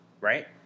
right